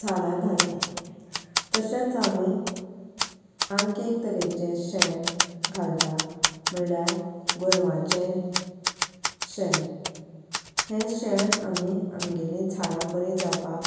झाडां घालता तशेंच आमी आणखी एक तरेचें शेण घालता म्हणल्यार गोरवाचें शेण हें शेण आमी आमगेलीं झाडां बरीं जावपाक